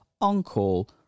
on-call